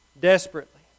desperately